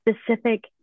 specific